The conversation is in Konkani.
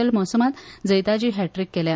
एल मोसमात जैताची हॅट्रीक केल्या